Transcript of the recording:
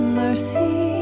mercy